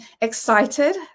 excited